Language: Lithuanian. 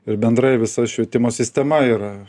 ir bendrai visa švietimo sistema yra